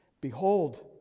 Behold